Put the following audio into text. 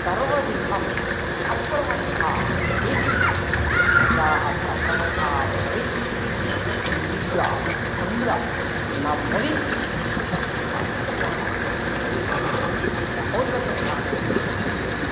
सर्वविधम् अप्रमत्थः भवेत् प्रजाः अपि अप्रमत्था भवेत् निद्रा तन्द्रा न भवेत् यथा अस्माकं देशं महोन्नतस्थानं भवति इति